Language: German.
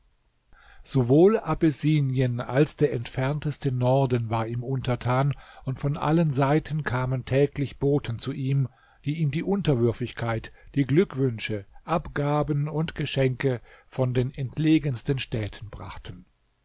sowohl abessinien als der entfernteste norden war ihm untertan und von allen seiten kamen täglich boten zu ihm die ihm die unterwürfigkeit die glückwünsche abgaben und geschenke von den entlegensten städten brachten